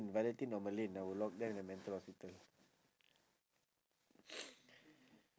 meladine or merlin I would lock them in a mental hospital